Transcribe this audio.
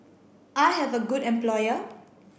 I have a good employer